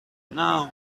now